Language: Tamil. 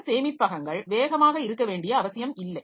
சில சேமிப்பகங்கள் வேகமாக இருக்க வேண்டிய அவசியமில்லை